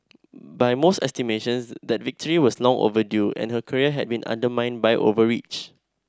by most estimations that victory was long overdue and her career had been undermined by overreach